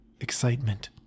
excitement